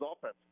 offense